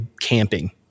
camping